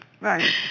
Right